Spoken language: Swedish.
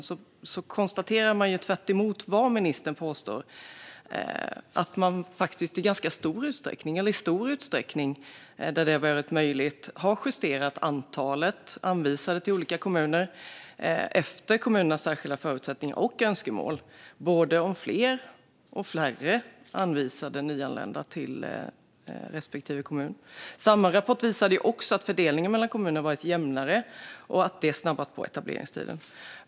Riksrevisionen konstaterar tvärtemot vad ministern påstår att man i stor utsträckning där det har varit möjligt har justerat antalet anvisade till olika kommuner efter kommunernas särskilda förutsättningar och önskemål. Det har gällt både fler och färre anvisade nyanlända till respektive kommun. Samma rapport visade också att fördelningen mellan kommunerna varit jämnare och att det snabbat på etableringstiden.